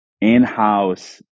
in-house